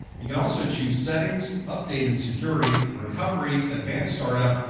you can also choose settings, update and security, recovery, advanced startup,